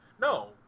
No